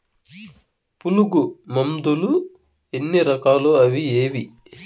పులుగు మందులు ఎన్ని రకాలు అవి ఏవి?